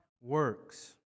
works